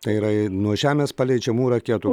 tai yra nuo žemės paleidžiamų raketų